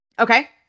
Okay